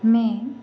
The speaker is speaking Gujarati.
મેં